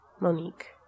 Monique